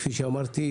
כפי שאמרו,